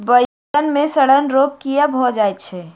बइगन मे सड़न रोग केँ कीए भऽ जाय छै?